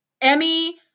Emmy